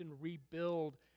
rebuild